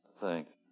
Thanks